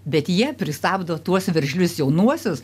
bet jie pristabdo tuos veržlius jaunuosius